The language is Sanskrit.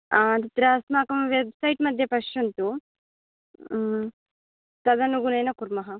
अत्र अस्माकं वेब्सैट् मध्ये पश्यन्तु तदनुगुणं कुर्मः